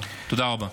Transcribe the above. תודה רבה.